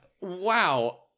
Wow